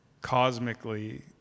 cosmically